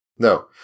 No